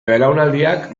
belaunaldiak